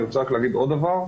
אני רוצה להגיד עוד דבר.